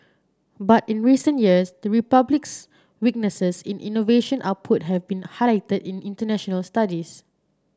but in recent years the Republic's weaknesses in innovation output have been highlighted in international studies